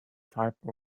type